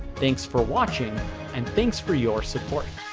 thanks for watching and thanks for your support.